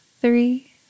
three